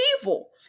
evil